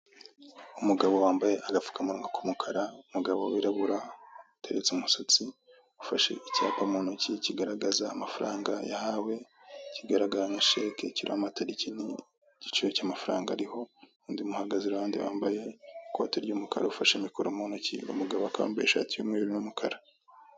Umugabo wambaye agapfukamunwa k'umukara, umugabo wiraburatetse umusatsi ufashe icyapa mu ntoki kigaragaza amafaranga yahawe kigaragara nka cheque kilomatariki niigiciro cyamafaranga ariho undi muhagaze iruhande wambaye ikote ry'umukara ufashe mikoro mu ntoki umugabo wambaye ishati yumweruru n numukara.